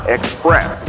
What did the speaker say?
Express